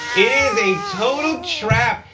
is a total trap.